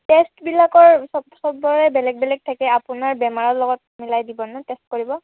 টেষ্টবিলাকৰ সব সবৰে বেলেগ বেলেগ থাকে আপোনাৰ বেমাৰৰ লগত মিলাই দিব ন টেষ্ট কৰিব